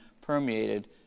permeated